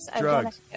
drugs